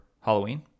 Halloween